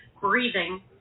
breathing